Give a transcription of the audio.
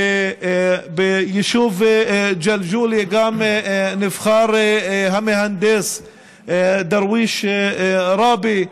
ביישוב ג'לג'וליה נבחר המהנדס דרוויש ראבי.